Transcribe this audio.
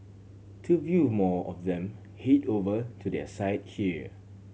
to view more of them head over to their site here